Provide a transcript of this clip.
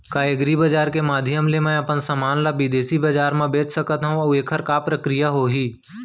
का एग्रीबजार के माधयम ले मैं अपन समान ला बिदेसी बजार मा बेच सकत हव अऊ एखर का प्रक्रिया होही?